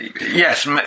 Yes